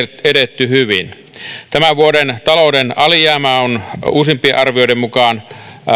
edetty hyvin tämän vuoden talouden alijäämä on uusimpien arvioiden mukaan